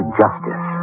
justice